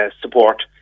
support